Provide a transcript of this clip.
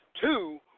Two